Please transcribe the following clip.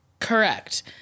Correct